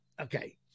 okay